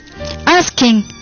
asking